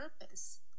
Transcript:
purpose